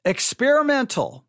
Experimental